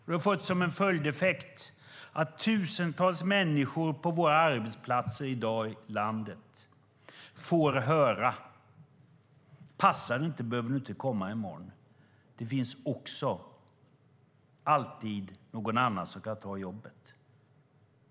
Det har fått som en följdeffekt att tusentals människor på våra arbetsplatser i landet i dag får höra: Passar det inte behöver du inte komma i morgon - det finns alltid någon annan som kan ta jobbet.